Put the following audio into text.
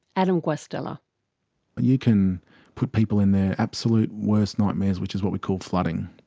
adam guastella you can put people in their absolute worst nightmares, which is what we call flooding.